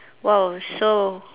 !wow! so